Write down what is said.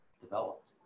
developed